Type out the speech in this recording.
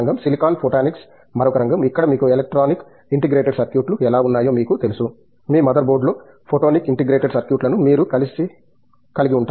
silicon photonics మరొక రంగం ఇక్కడ మీకు ఎలక్ట్రానిక్ ఇంటిగ్రేటెడ్ సర్క్యూట్లు ఎలా ఉన్నాయో మీకు తెలుసు మీ మదర్ బోర్డు లో ఫోటోనిక్ ఇంటిగ్రేటెడ్ సర్క్యూట్లను మీరు కలిగి ఉంటారు